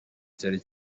cyari